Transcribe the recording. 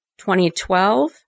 2012